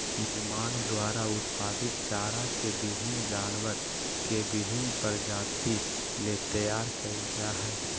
निर्माण द्वारा उत्पादित चारा के विभिन्न जानवर के विभिन्न प्रजाति ले तैयार कइल जा हइ